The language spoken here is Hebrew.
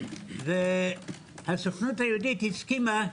והסוכנות היהודית הסכימה,